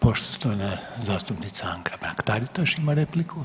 Poštovana zastupnica Anka Mrak Taritaš ima repliku.